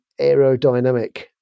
aerodynamic